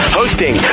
hosting